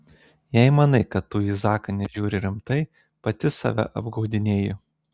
jei manai kad tu į zaką nežiūri rimtai pati save apgaudinėji